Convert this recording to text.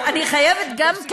אני חייבת גם כן,